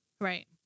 Right